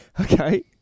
Okay